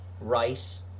Rice